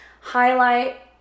highlight